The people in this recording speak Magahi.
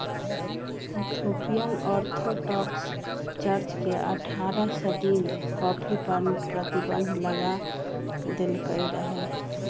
इथोपियन ऑर्थोडॉक्स चर्च ने अठारह सदी में कॉफ़ी पर प्रतिबन्ध लगा देलकइ रहै